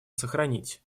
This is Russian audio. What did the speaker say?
сохранить